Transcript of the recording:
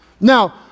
Now